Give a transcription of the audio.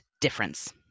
difference